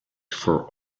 for